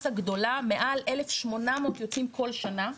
מסה גדולה, מעל 1,800 יוצאים כל שנה.